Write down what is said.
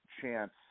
chance